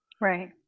Right